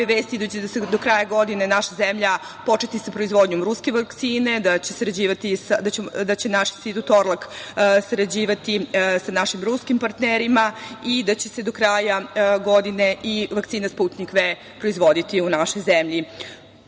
vest i da će do kraja godine naša zemlja početi sa proizvodnjom ruske vakcine, da će naš Institut „Torlak“ sarađivati sa našim ruskim partnerima i da će se do kraja godine i vakcina „Sputnjik V“ proizvoditi u našoj zemlji. Danas